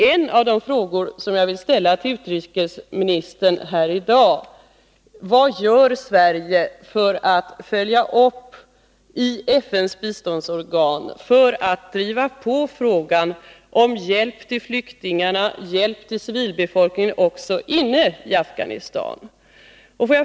En av de frågor jag vill ställa till utrikesministern här i dag är: Vad gör Sverige för att i FN:s biståndsorgan driva på frågan om hjälp till flyktingarna, hjälp till civilbefolkningen också inne i Afghanistan?